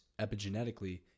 epigenetically